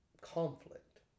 conflict